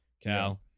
cal